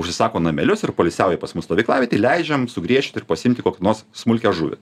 užsisako namelius ir poilsiauja pas mus stovyklavietėj leidžiam sugriešyti ir pasiimti kokią nors smulkią žuvį